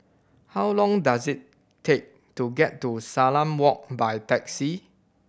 how long does it take to get to Salam Walk by taxi